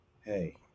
Hey